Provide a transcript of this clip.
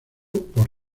por